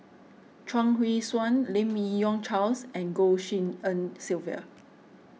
Chuang Hui Tsuan Lim Yi Yong Charles and Goh Tshin En Sylvia